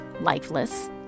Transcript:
lifeless